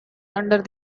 under